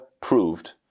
proved